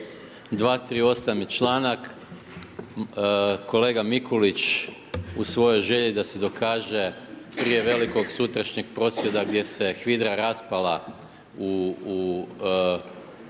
238. je članak, kolega Mikulić u svojoj želji da se dokaže prije velikog sutrašnjeg prosvjeda gdje se HVIDRA raspala u